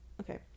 okay